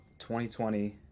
2020